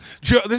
Joe